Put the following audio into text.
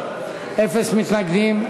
אפס מתנגדים,